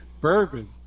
Bourbon